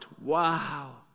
Wow